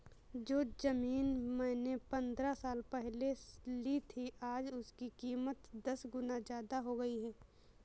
जो जमीन मैंने पंद्रह साल पहले ली थी, आज उसकी कीमत दस गुना जादा हो गई है